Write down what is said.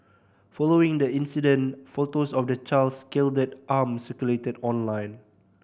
following the incident photos of the child's scalded arm circulated online